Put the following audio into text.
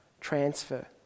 transfer